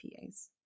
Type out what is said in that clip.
PAs